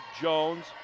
Jones